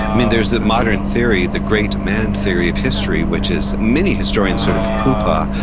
i mean, there's the modern theory, the great man theory of history, which is, many historians sort of poopa,